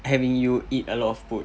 having you eat a lot of food